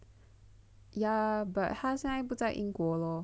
ya but 他现在不在英国 lor